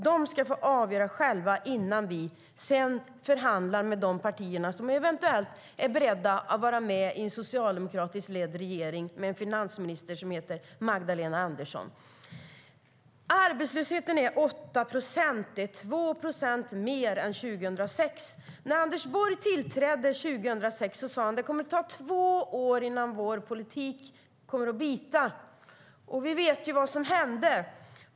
De ska få avgöra själva innan vi sedan förhandlar med de partier som eventuellt är beredda att vara med i en socialdemokratiskt ledd regering med en finansminister som heter Magdalena Andersson. Arbetslösheten är 8 procent. Det är 2 procent mer än 2006. När Anders Borg tillträdde 2006 sade han: Det kommer att ta två år innan vår politik kommer att bita. Vi vet vad som hände.